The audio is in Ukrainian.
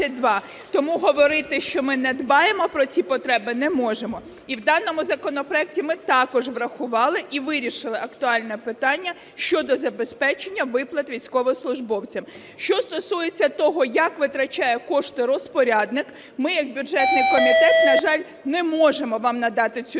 Тому говорити, що ми не дбаємо про потреби, не можемо. І в даному законопроекті ми також врахували і вирішили актуальне питання щодо забезпечення виплат військовослужбовцям. Що стосується того, як витрачає кошти розпорядник, ми як бюджетний комітет, на жаль, не можемо вам надати цю